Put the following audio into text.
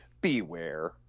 beware